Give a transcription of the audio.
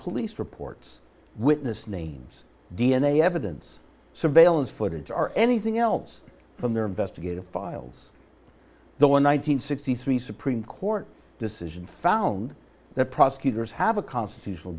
police reports witness names d n a evidence surveillance footage or anything else from their investigative files the one nine hundred sixty three supreme court decision found that prosecutors have a constitutional